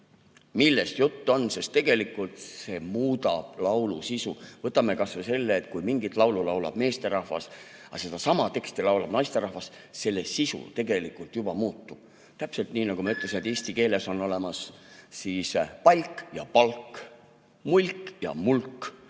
millest jutt on, sest see tegelikult muudab laulu sisu. Võtame kas või selle, et kui mingit laulu laulab meesterahvas, aga sedasama teksti laulab naisterahvas, selle sisu tegelikult juba muutub. Täpselt nii, nagu ma ütlesin, et eesti keeles on olemas "pal'k" ja "palk", "mul'k" ja "mulk".